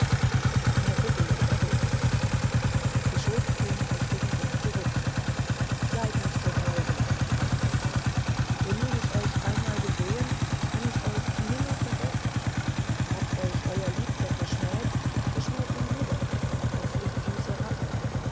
jakobea errötete sie schob den prächtigen ring zurück seid nicht so grausam sprach der graf denn nun ich euch einmal gesehen kann ich euch nimmer vergessen hat euch euer liebster verschmäht verschmäht ihn wieder das ist süße rache